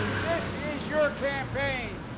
this is your campaign.